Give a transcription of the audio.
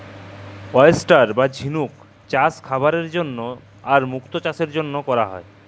oyster বা ঝিলুক চাস খাবারের জন্হে আর মুক্ত চাসের জনহে ক্যরা হ্যয়ে